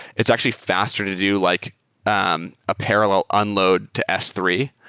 it's actually faster to do like um a parallel unload to s three.